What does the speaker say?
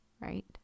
Right